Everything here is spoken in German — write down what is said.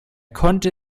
konnte